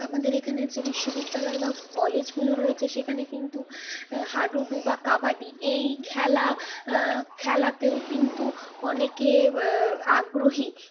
আমাদের এখানের যে বিশ্ববিদ্যালয় বা কলেজগুলো রয়েছে সেখানে কিন্তু হাডুডু বা কবাডি এই খেলা খেলাতেও কিন্তু অনেকে আগ্রহী